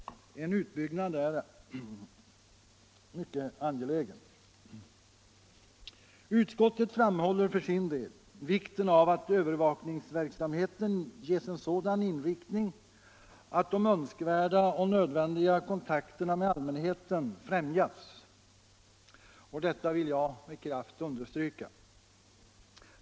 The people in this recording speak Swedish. En utbyggnad av denna verksamhet är mycket angelägen. Utskottet framhåller för sin del vikten av att övervakningsverksamheten ges en sådan inriktning att de önskvärda och nödvändiga kontakterna med allmänheten främjas, och detta vill jag med kraft understryka.